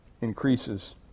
increases